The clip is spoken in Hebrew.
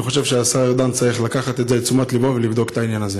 אני חושב שהשר ארדן צריך לקחת את זה לתשומת ליבו ולבדוק את העניין הזה.